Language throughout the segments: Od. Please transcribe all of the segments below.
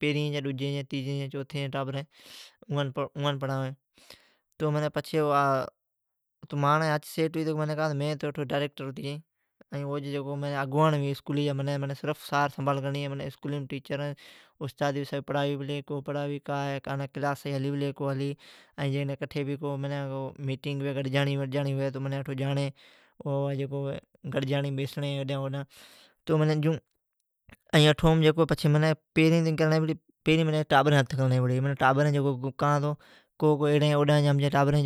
پھنرئی، ڈجی، تیجی چوتھیں جیں ٹابریں اوان پڑھانوی۔ تو پچھی مانڑیں ھاچ ھتھ تو میں اسکولی جا ڈاریکٹر اگوانڑ ھتی جائیں۔ منی صرف سار سنبھال کرنڑی ھی اسکولی جی۔ استاد پڑھاوی پلی کا ھی کا نا ھی، کلاس صحیح ھلی پلی یا کی ھلی ۔ کٹھی ھلی۔ کو میٹنگ گڈجانڑی ھوی تو جانڑیں۔ گڈجانڑیم بیسنڑی ھیڈاں ھوڈناں۔ اٹھو مونی پیریں منی ٹابریں ھتھ کرنڑی ھی، کاں تو اوڈاں جی ٹابریں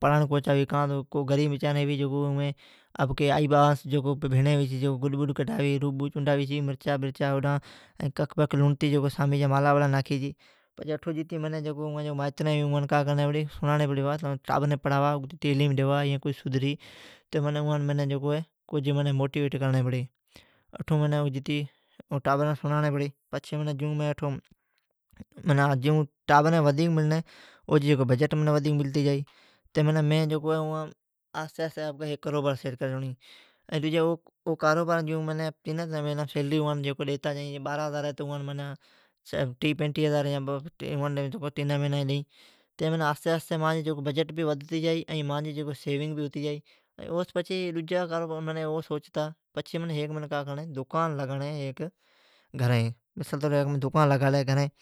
پڑھانڑ کو چاھوی۔ کاں تو غریب مسکین ٹابریں مائتراں بھیڑی گڈ بڈ کڈھاوی، رو بو چنڈاوی مرچا چنڈاوی۔ ککھ لنڑتی مالان ناکھی چھی۔ پچھی اٹھو جتی مائتراں سنڑانڑی پڑی ٹابریں پڑھاوا تعلیم ڈوا تو سدھری۔ کجھ معنی موٹیوٹ کنرڑی پڑی۔ اٹھوم جتی ٹابران سنڑانڑی پڑی۔ ٹابریں جوں ودھیک مللیں، او جی بجیٹ ودھیک ملتی جائی۔ آھستی آھستی آپکا ھیک کاروبار سیٹ کر چھوڑیں۔ او کاروبارام تیناں مھینا جی سیلری ڈیتا جائیں۔ بارا ھزار ھی تو ۔ائان ٹیھ پنجٹیھ ھزار تیناں مھینا جی ڈئیں۔ آھستی بجیٹ بھ ودھتی جائی۔ ۔ اوس پچھی سیوینگ بہ ھتی جائی۔ او سوں پچھی ڈجا کاروبار معنی سوچتا ۔ ھیک منی ھیک دکان لگانڑیں گھریں۔ مثال طور دکان لگالی گھریں